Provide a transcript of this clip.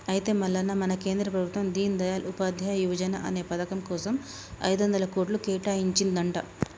అయితే మల్లన్న మన కేంద్ర ప్రభుత్వం దీన్ దయాల్ ఉపాధ్యాయ యువజన అనే పథకం కోసం ఐదొందల కోట్లు కేటాయించిందంట